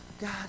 God